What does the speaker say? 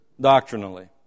doctrinally